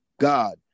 God